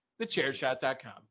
thechairshot.com